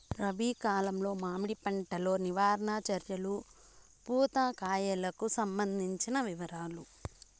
రబి కాలంలో మామిడి పంట లో నివారణ చర్యలు పూత కాయలకు సంబంధించిన వివరాలు?